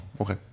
Okay